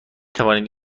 توانید